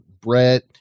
Brett